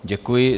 Děkuji.